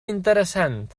interessant